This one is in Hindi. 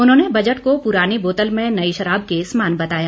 उन्होंने बजट को पुरानी बोतल में नई शराब के समान बताया